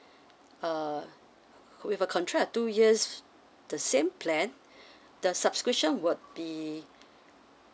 uh with a contract of two years the same plan the subscription would be